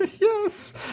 Yes